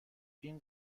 این